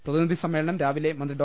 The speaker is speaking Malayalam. പ്രതിനിധി സമ്മേളനം രാവിലെ മന്ത്രി ഡോ